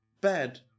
bad